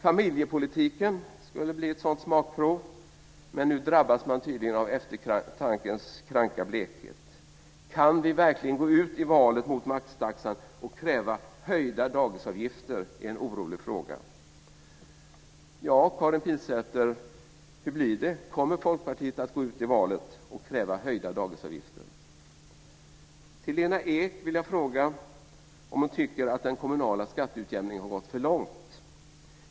Familjepolitiken skulle bli ett sådant smakprov, men nu drabbas man tydligen av eftertankens kranka blekhet. Kan vi verkligen gå ut i valet mot maxtaxan och kräva höjda dagisavgifter? är en orolig fråga. Ja, hur blir det, Karin Pilsäter? Kommer Folkpartiet att gå ut i valet och kräva höjda dagisavgifter? Till Lena Ek skulle jag vilja ställa frågan om hon tycker att den kommunala skatteutjämningen har gått för långt.